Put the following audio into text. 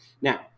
Now